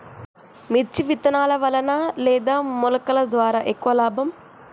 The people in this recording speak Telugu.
మిర్చి విత్తనాల వలన లేదా మొలకల ద్వారా ఎక్కువ లాభం?